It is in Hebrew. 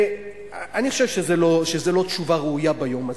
ואני חושב שזו לא תשובה ראויה ביום הזה.